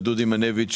ודודי מנביץ',